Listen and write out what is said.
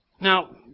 Now